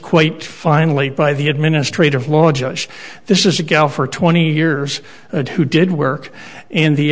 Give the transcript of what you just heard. quaint finally by the administrative law judge this is a gal for twenty years who did work in the